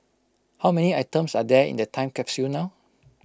how many items are there in the time capsule now